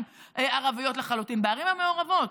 ערביות לחלוטין אלא בערים המעורבות,